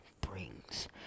brings